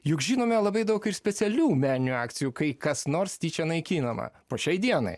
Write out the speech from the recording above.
juk žinome labai daug ir specialių meninių akcijų kai kas nors tyčia naikinama po šiai dienai